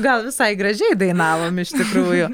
gal visai gražiai dainavom iš tikrųjų